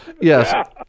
Yes